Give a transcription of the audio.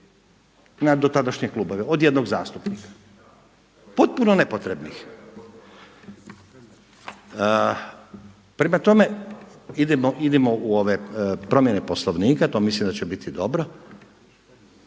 dotadašnje klubove od jednog zastupnika, potpuno nepotrebnih. Prema tome, idemo u promjene Poslovnika, to mislim da će biti dobro.